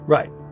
Right